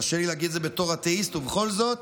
קשה לי להגיד את זה בתור אתאיסט, ובכל זאת,